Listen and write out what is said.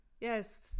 Yes